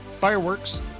Fireworks